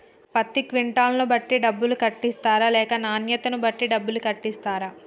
పత్తి క్వింటాల్ ను బట్టి డబ్బులు కట్టిస్తరా లేక నాణ్యతను బట్టి డబ్బులు కట్టిస్తారా?